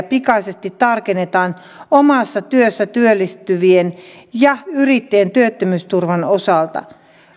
pikaisesti tarkennetaan omassa työssä työllistyvien ja yrittäjien työttömyysturvan osalta